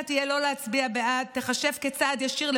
אני קוראת לכם להצביע בעד החוק החשוב הזה,